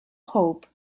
hope